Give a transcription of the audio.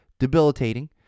debilitating